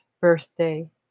birthday